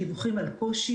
דיווחים על קושי,